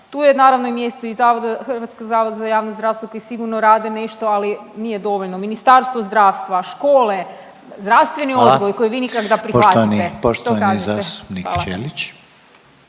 Tu je naravno i mjesto Hrvatskog zavoda za javno zdravstvo koji sigurno rade nešto, ali nije dovoljno – Ministarstvo zdravstva, škole, zdravstveni odgoj koji vi nikako da prihvatite. **Reiner, Željko